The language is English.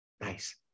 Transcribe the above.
nice